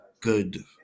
Good